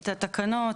את התקנות,